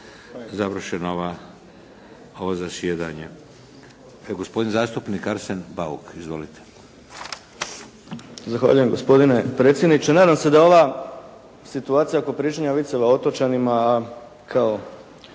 završena ova, ovo zasjedanje. Gospodin zastupnik Arsen Bauk. Izvolite. **Bauk, Arsen (SDP)** Zahvaljujem gospodine predsjedniče, nadam se da ova situacija oko pričanja viceva o otočanima kao,